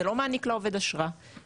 זה לא מעניק לעובד אשרה,